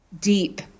deep